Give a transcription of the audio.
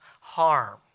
harm